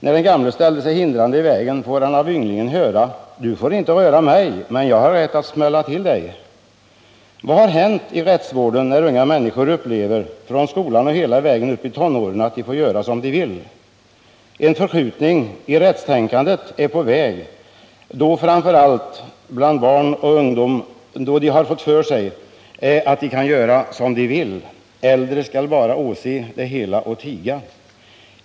När den gamle ställer sig hindrande i vägen får han av ynglingen höra: ”Du får inte röra mig, men jag har rätt att smälla till dig.” Vad har hänt i rättsvården när unga människor upplever, från skolan och hela vägen upp i tonåren, att de får göra som de vill? En förskjutning i rättstänkandet är på väg, då framför allt barn och ungdom har fått för sig att de kan göra som de vill. Äldre skall bara åse det hela och tiga.